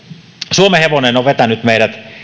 suomenhevonen on vetänyt meidät